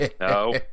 No